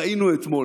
ראינו אתמול.